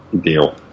deal